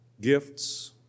gifts